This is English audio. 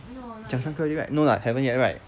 讲三个 yet no lah haven't yet right